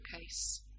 case